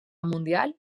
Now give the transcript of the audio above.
mundial